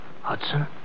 Hudson